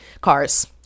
cars